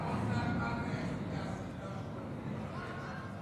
היא לא קשורה,